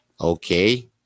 Okay